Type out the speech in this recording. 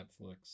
Netflix